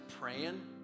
praying